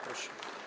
Proszę.